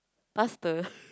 pastor